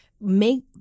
make